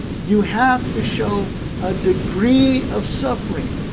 you have to show a degree of suffering,